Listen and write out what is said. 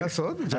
לא.